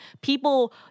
People